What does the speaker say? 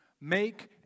Make